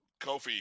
Kofi